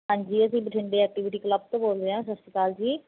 ਹਾਂਜੀ ਅਸੀਂ ਬਠਿੰਡੇ ਐਕਟੀਵਿਟੀ ਕਲੱਬ ਤੋਂ ਬੋਲ ਰਹੇ ਹਾਂ ਸਤਿ ਸ਼੍ਰੀ ਅਕਾਲ ਜੀ